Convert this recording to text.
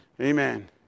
Amen